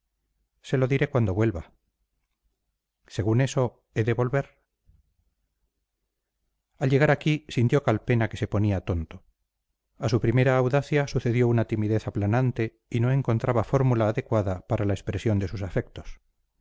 se lo diré cuando vuelva según eso he de volver al llegar aquí sintió calpena que se ponía tonto a su primera audacia sucedió una timidez aplanante y no encontraba fórmula adecuada para la expresión de sus afectos